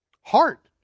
heart